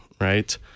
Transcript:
right